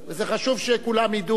זה חשוב שכולם ידעו.